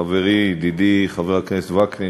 חברי ידידי חבר הכנסת וקנין,